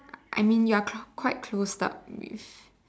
I mean you are quite closed up